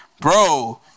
bro